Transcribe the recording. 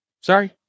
Sorry